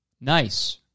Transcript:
Nice